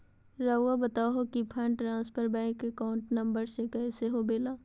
रहुआ बताहो कि fund transfer bank account number में कैसे होबेला?